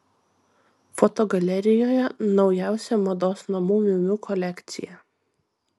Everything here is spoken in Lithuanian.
fotogalerijoje naujausia mados namų miu miu kolekcija